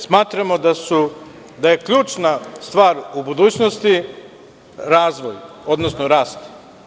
Smatramo da je ključna stvar u budućnosti razvoj, odnosno rast.